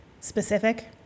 specific